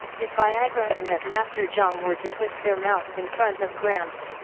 if viagra and that master jiang were to twist their mouths in front of gramps,